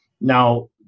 now